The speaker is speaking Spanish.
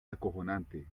acojonante